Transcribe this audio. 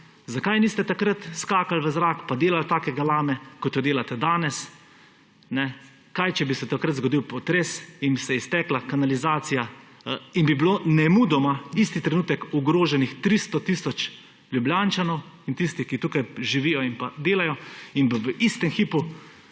Zakaj niste takrat skakali v zrak, pa delali take galame, kot to delate danes? Kaj, če bi se takrat zgodil potres in bi se iztekla kanalizacija in bi bilo nemudoma, isti trenutek ogroženih 300 tisoč Ljubljančanov in bi tisti, ki tukaj živijo in pa delajo v istem hipu